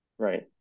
Right